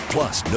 Plus